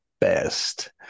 best